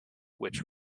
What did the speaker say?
which